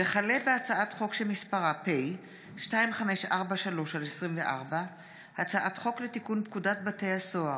הצעת חוק שכר לחיילים בשירות סדיר,